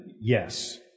Yes